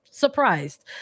Surprised